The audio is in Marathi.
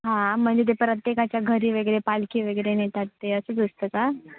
हां म्हणजे ते प्रत्येकाच्या घरी वगैरे पालखी वगैरे नेतात ते असंच असतं का